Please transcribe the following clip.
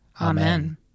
Amen